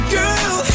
girl